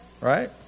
Right